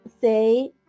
say